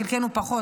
חלקנו פחות,